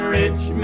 rich